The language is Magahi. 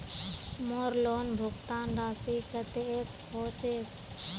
मोर लोन भुगतान राशि कतेक होचए?